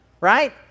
right